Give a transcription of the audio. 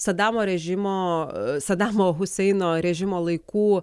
sadamo režimo sadamo huseino režimo laikų